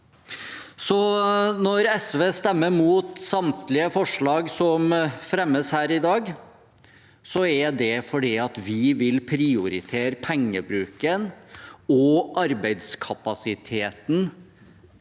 Når SV stemmer mot samtlige forslag som fremmes her i dag, er det fordi vi vil prioritere pengebruken og arbeidskapasiteten